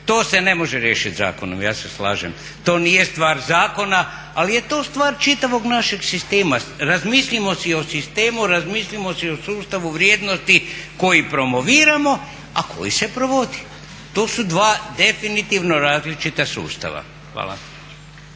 To se ne može riješiti zakonom, ja se slažem. To nije stvar zakona, ali je to stvar čitavog našeg sistema. Razmislimo si o sistemu, razmislimo si o sustavu vrijednosti koji promoviramo, a koji se provodi. To su dva definitivno različita sustava. Hvala.